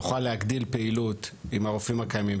נוכל להגדיל פעילות עם הרופאים הקיימים,